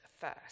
first